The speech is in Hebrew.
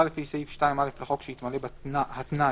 לפי סעיף 2(א) לחוק שהתמלא בה התנאי